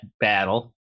battle